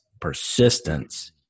Persistence